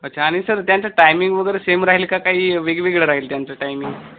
अच्छा आणि सर त्यांचं टायमिंग वगैरे सेम राहील का काही वेगवेगळं राहील त्यांचं टायमिंग